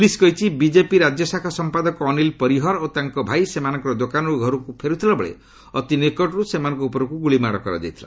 police କହିଛି BJP ରାଜ୍ୟ ଶାଖା ସମ୍ପାଦକ ଅନୀଲ ପରିହର ଓ ତାଙ୍କ ଭାଇ ସେମାନଙ୍କର ଦୋକାନରୁ ଘରକୁ ଫେରୁଥିବା ବେଳେ ଅତି ନିକଟରୁ ସେମାନଙ୍କ ଉପରକୁ ଗୁଳିମାଡ଼ କରାଯାଇଥିଲା